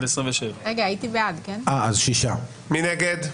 הצבעה בעד, 6 נגד,